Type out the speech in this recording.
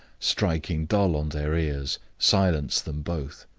striking dull on their ears, silenced them both.